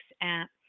app